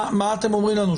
מה אתם אומרים לנו?